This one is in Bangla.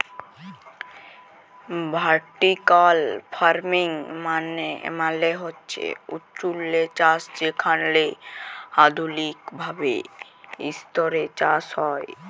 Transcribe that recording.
ভার্টিক্যাল ফারমিং মালে হছে উঁচুল্লে চাষ যেখালে আধুলিক ভাবে ইসতরে চাষ হ্যয়